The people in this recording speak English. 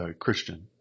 Christian